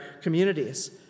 communities